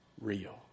real